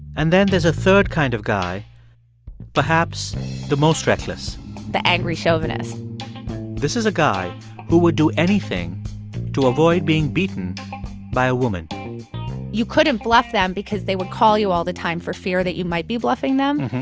and then there's a third kind of guy perhaps the most reckless the angry chauvinist this is a guy who would do anything to avoid being beaten by a woman you couldn't bluff them because they would call you all the time for fear that you might be bluffing them,